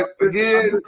again